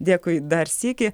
dėkui dar sykį